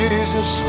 Jesus